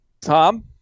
Tom